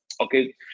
Okay